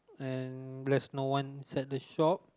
and there's no one inside the shop